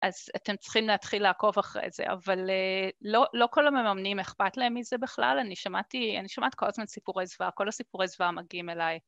אז אתם צריכים להתחיל לעקוב אחרי זה, אבל לא כל המממנים אכפת להם מזה בכלל, אני שמעת כל הזמן סיפורי זוועה, כל הסיפורי זוועה מגיעים אליי.